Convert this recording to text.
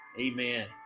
Amen